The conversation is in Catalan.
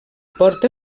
porta